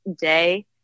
day